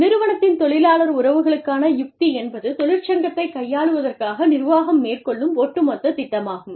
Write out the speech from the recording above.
நிறுவனத்தின் தொழிலாளர் உறவுகளுக்கான யுக்தி என்பது தொழிற்சங்கத்தை கையாளுவதற்காக நிர்வாகம் மேற்கொள்ளும் ஒட்டுமொத்த திட்டமாகும்